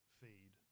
feed